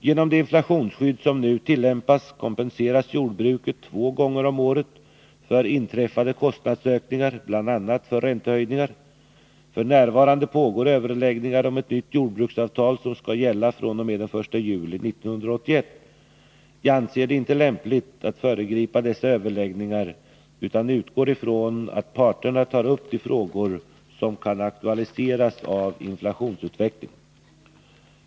Genom det inflationsskydd som nu tillämpas kompenseras jordbruket två gånger om året för inträffade kostnadsökningar, bl.a. för räntehöjningar. F.n. pågår överläggningar om ett nytt jordbruksavtal som skall gälla fr.o.m. den 1 juli 1981. Jag anser det inte lämpligt att föregripa dessa överläggningar, utan utgår ifrån att parterna tar upp de frågor som kan aktualiseras av inflationsutvecklingen.